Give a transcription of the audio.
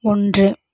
ஒன்று